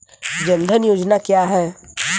जनधन योजना क्या है?